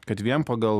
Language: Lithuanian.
kad vien pagal